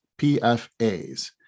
PFAs